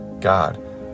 God